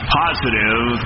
positive